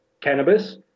cannabis